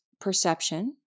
perception